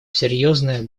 серьезная